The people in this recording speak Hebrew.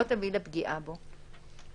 לא תביא לפגיעה בו".